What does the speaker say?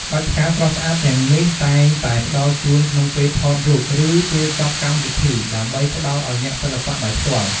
បាច់ផ្កាស្រស់ស្អាតទាំងនេះតែងតែផ្តល់ជូនក្នុងពេលថតរូប ឬពេលចប់កម្មវិធី ដើម្បីផ្ដល់ឱ្យអ្នកសិល្បៈដោយផ្ទាល់។